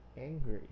angry